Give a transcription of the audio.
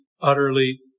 utterly